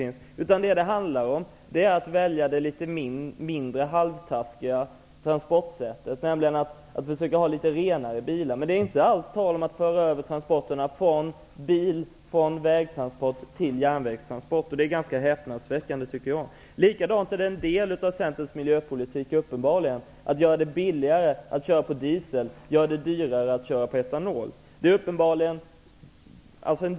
Nej, nu vill Centern välja det litet mindre halvtaskiga transportsättet, nämligen att ha något renare bilar. Men det är inte alls tal om att föra över transporterna från väg till järnväg. Det är ganska häpnadsväckande. En del av Centerns miljöpolitik går ut på att göra det billigare att köra på diesel och göra det dyrare att köra på etanol.